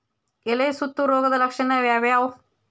ಎಲೆ ಸುತ್ತು ರೋಗದ ಲಕ್ಷಣ ಯಾವ್ಯಾವ್?